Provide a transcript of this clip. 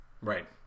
right